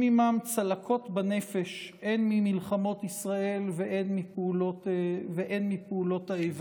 עימם צלקות בנפש הן ממלחמות ישראל והן מפעולות האיבה.